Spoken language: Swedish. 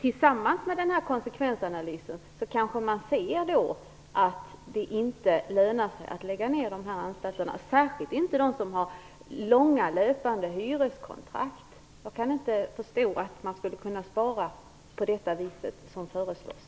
I samband med den här konsekvensanalysen kanske man ser att det inte lönar sig att lägga ner de här anstalterna, särskilt inte de där det finns långa, löpande hyreskontrakt. Jag kan inte förstå att man skulle kunna spara på det sätt som föreslås.